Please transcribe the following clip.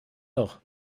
doch